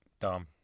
dumb